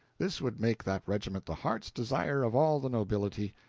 this would make that regiment the heart's desire of all the nobility,